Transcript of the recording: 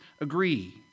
agree